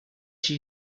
she